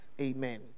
Amen